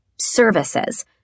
services